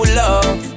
love